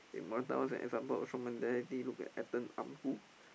Morata was an example of strong mentality look at Ethan-Ampadu who